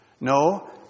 No